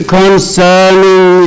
concerning